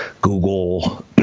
Google